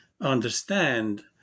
understand